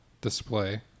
display